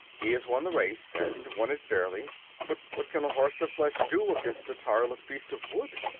he has won the race, and won it fairly but what can a horse of flesh do against a tireless beast of wood?